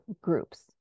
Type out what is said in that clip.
groups